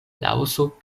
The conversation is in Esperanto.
laoso